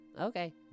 Okay